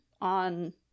on